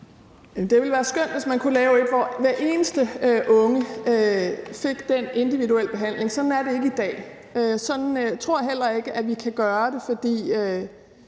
Det ville være skønt, hvis man kunne lave noget, hvor hver eneste unge fik den individuelle behandling. Sådan er det ikke i dag, og sådan tror jeg heller ikke vi kan gøre det, for